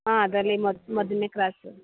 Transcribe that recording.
ಹಾಂ ಅದರಲ್ಲಿ ಮೊದಲನೇ ಕ್ರಾಸು